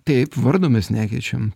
taip vardo mes nekeičiam